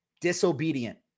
disobedient